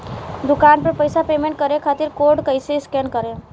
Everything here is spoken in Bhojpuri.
दूकान पर पैसा पेमेंट करे खातिर कोड कैसे स्कैन करेम?